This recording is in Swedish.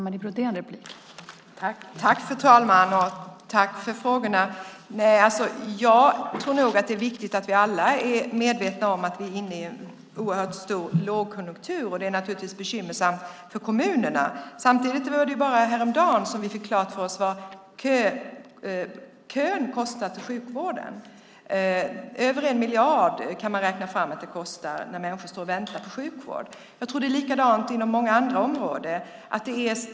Fru talman! Först vill jag tacka för de frågor som ställts. Jag tror att det är viktigt att vi alla är medvetna om att vi är inne i en oerhört kraftig lågkonjunktur. Det är naturligtvis bekymmersamt för kommunerna. Samtidigt var det ju bara häromdagen som fick vi klart för oss vad kön till sjukvården kostar. Man kan räkna fram att det kostar över 1 miljard när människor får vänta på sjukvård. Jag tror att det är likadant på många andra områden.